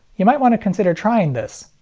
you might want to consider trying this.